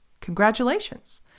congratulations